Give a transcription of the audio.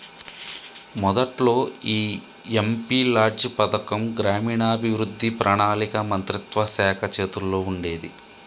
మొదట్లో ఈ MP LADS పథకం గ్రామీణాభివృద్ధి పణాళిక మంత్రిత్వ శాఖ చేతుల్లో ఉండేది